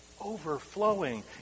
overflowing